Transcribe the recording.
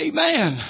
Amen